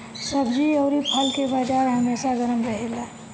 सब्जी अउरी फल के बाजार हमेशा गरम रहेला